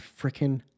freaking